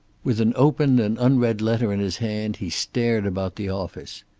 with an open and unread letter in his hand he stared about the office.